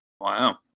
Wow